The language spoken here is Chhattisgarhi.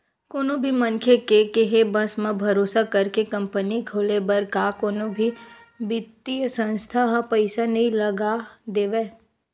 कोनो भी मनखे के केहे बस म, भरोसा करके कंपनी खोले बर का कोनो भी बित्तीय संस्था ह पइसा नइ लगा देवय